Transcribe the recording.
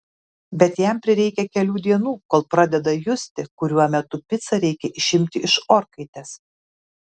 bet jam prireikia kelių dienų kol pradeda justi kuriuo metu picą reikia išimti iš orkaitės